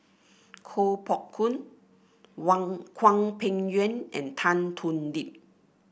Koh Poh Koon Wang Hwang Peng Yuan and Tan Thoon Lip